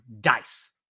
dice